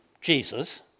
Jesus